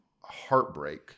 heartbreak